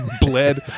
Bled